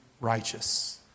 righteous